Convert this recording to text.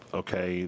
okay